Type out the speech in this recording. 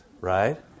right